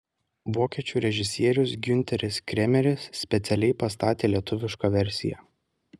vokiečių režisierius giunteris kremeris specialiai pastatė lietuvišką versiją